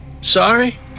sorry